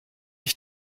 ich